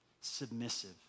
submissive